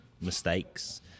mistakes